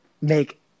make –